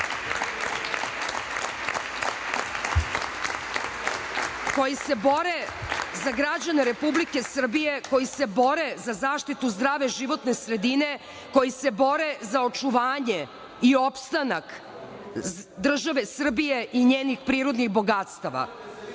koji se bore za građane Republike Srbije, koji se bore za zaštitu zdrave životne sredine, koji se bore za očuvanje i opstanak države Srbije i njenih prirodnih bogatstava.